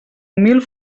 mil